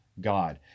God